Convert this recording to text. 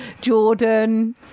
Jordan